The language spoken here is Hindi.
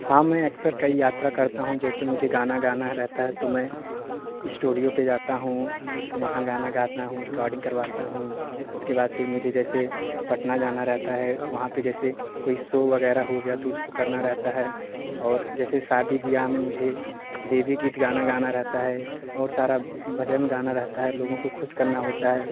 हाँ मैं अक्सर कई यात्रा करता हूँ जैसे मुझे गाना गाना रहता है तो मैं स्टूडियो पर जाता हूँ तो वहाँ गाना गाता हूँ वहाँ रिकॉर्डिंग करवाता हूँ उसके बाद फिर मुझे जैसे पटना जाना रहता है वहाँ पर जैसे कोई शो वगैरह हो गया तो उसको करना रहता है और जैसे शादी ब्याह में मुझे देवी गीत गाना गाना रहता है और सारा भजन गाना रहता है लोगों को खुश करना होता है